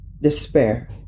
despair